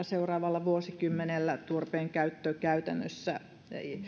seuraavalla vuosikymmenellä turpeen käyttö käytännössä